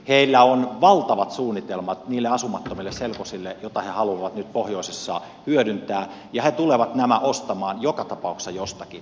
heillä on valtavat suunnitelmat niille asumattomille selkosille joita he haluavat nyt pohjoisessa hyödyntää ja he tulevat nämä ostamaan joka tapauksessa jostakin